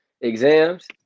exams